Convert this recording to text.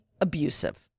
abusive